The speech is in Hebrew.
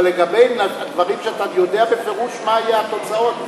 אבל לגבי דברים שאתה יודע בפירוש מה יהיו התוצאות,